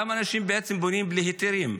למה אנשים בעצם בונים בלי היתרים?